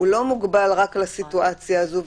הוא לא מוגבל רק לסיטואציה הזו,